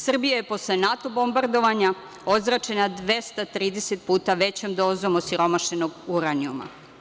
Srbija je posle NATO bombardovanja ozračena 230 puta većom dozom osiromašenog uranijuma.